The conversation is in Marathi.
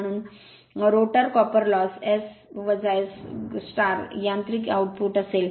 म्हणून rotor copper loss S S यांत्रिक आउटपुट असेल